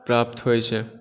प्राप्त होइ छै